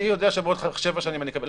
אני יודע שבעוד שבע שנים אני אקבל את ההכנסות,